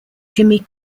jimmy